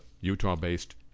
Utah-based